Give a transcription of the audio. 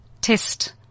test